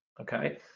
okay